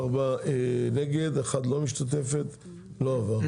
ארבעה נגד, אחת לא משתתפת, לא עבר.